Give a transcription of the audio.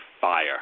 fire